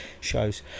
shows